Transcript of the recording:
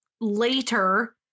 later